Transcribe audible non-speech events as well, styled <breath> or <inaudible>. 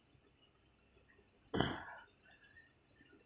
<breath>